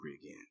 again